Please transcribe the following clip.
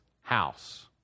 house